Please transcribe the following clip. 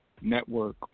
Network